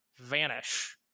vanish